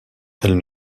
elles